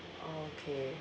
okay